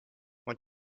want